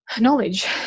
knowledge